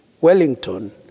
Wellington